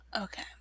Okay